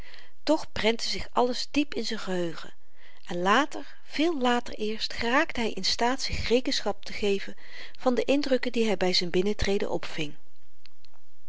toch prentte zich alles diep in z'n geheugen en later veel later eerst geraakte hy in staat zich rekenschap te geven van de indrukken die hy by z'n binnentreden opving